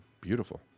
beautiful